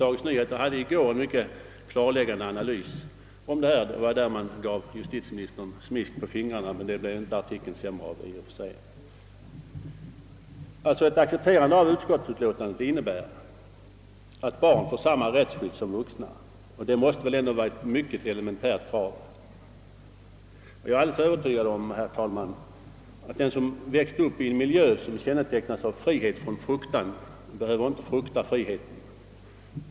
Dagens Nyheter gjorde i går en mycket klarläggande analys av detta problem och gav som redan sagts här justitieministern smisk på fingrarna, men det blev ju artikeln i och för sig inte sämre av. Ett accepterande av utskottsutlåtandet innebär att barn får samma rättsskydd som vuxna och det måste vara ett mycket elementärt krav. Jag är alldeles övertygad, herr talman, om att den som vuxit upp i en miljö som kännetecknas av frihet från fruktan inte behöver frukta friheten.